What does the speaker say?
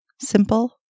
Simple